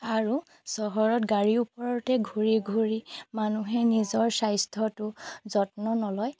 আৰু চহৰত গাড়ীৰ ওপৰতে ঘূৰি ঘূৰি মানুহে নিজৰ স্বাস্থ্যটো যত্ন নলয়